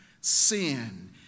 sin